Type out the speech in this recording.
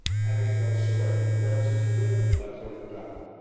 having no sword, he calls his whip la durlindana.